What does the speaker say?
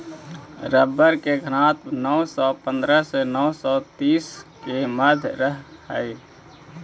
rubber के घनत्व नौ सौ पंद्रह से नौ सौ तीस के मध्य रहऽ हई